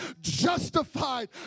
justified